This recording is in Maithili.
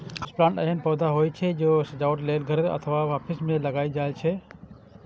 हाउस प्लांट एहन पौधा होइ छै, जे सजावट लेल घर अथवा ऑफिस मे लगाएल जाइ छै